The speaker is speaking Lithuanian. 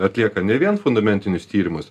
atlieka ne vien fundamentinius tyrimus